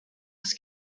кыз